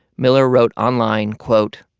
miller wrote online, quote,